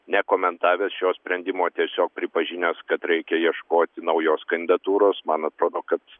nekomentavęs jos sprendimo o tiesiog pripažinęs kad reikia ieškoti naujos kandidatūros man atrodo kad